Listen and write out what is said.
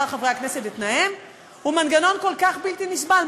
חברי הכנסת ותנאיהם הוא מנגנון כל כך בלתי נסבל.